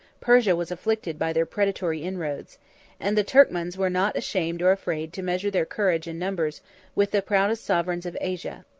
persia was afflicted by their predatory inroads and the turkmans were not ashamed or afraid to measure their courage and numbers with the proudest sovereigns of asia.